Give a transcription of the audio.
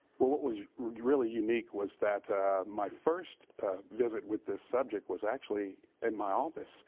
what what was really unique was that my first visit with this subject was actually in my office